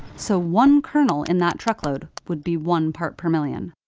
so one kernel in that truckload would be one part per million.